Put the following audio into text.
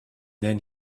then